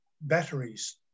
batteries